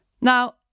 Now